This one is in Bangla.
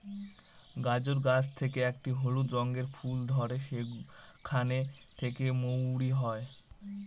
গাজর গাছ থেকে একটি হলুদ রঙের ফুল ধরে সেখান থেকে মৌরি হয়